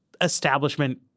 establishment